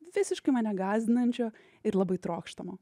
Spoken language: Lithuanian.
visiškai mane gąsdinančio ir labai trokštamo